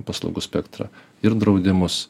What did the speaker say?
paslaugų spektrą ir draudimus